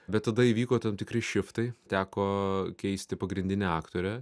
bet tada įvyko tam tikri šiftai teko keisti pagrindinę aktorę